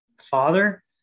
Father